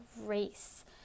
race